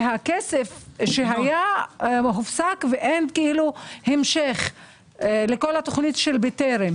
והכסף שהיה הופסק ואין המשך לכל התוכנית של בטרם.